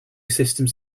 systems